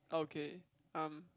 okay I'm